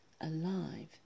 alive